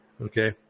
Okay